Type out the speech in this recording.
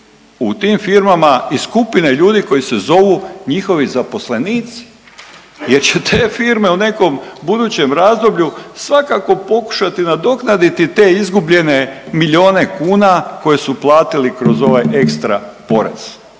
u tim firmama i skupine ljudi koji se zovu njihovi zaposlenici, jer će te firme u nekom budućem razdoblju svakako pokušati nadoknaditi te izgubljene milijune kune koje su platili kroz ovaj ekstra porez.